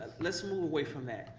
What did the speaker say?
let's move away from that.